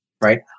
right